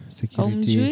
security